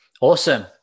Awesome